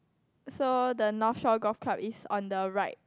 so the Northshore Golf Club is on the right